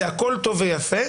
זה הכול טוב ויפה.